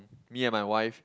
me and my wife